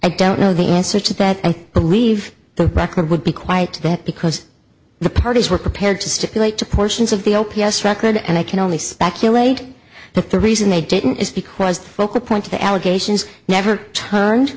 i don't know the answer to that and i believe the record would be quite that because the parties were prepared to stipulate to portions of the o p s record and i can only speculate that the reason they didn't is because the focal point of the allegations never turn